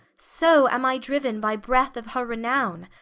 so am i driuen by breath of her renowne,